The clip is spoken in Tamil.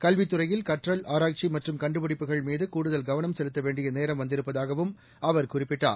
கல்வி த்துறையில் கற்றல் ஆராய்ச்சிமற்றும்கண்டுபிடிப்புகள்மீதுகூடுதல்கவனம்செ லுத்த வேண்டியநேரம்வந்திருப்பதாகவும்அவர்குறிப்பிட்டார்